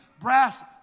brass